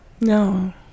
No